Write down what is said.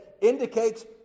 indicates